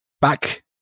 back